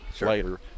later